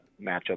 matchup